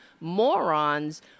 morons